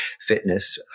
fitness